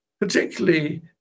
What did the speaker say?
particularly